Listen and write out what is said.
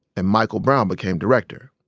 and michael brown became director.